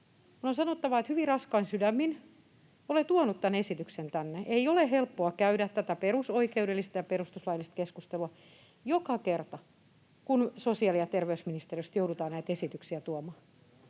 on sanottava, että hyvin raskain sydämin olen tuonut tämän esityksen tänne. Ei ole helppoa käydä tätä perusoikeudellista ja perustuslaillista keskustelua joka kerta, kun sosiaali‑ ja terveysministeriöstä joudutaan näitä esityksiä tuomaan,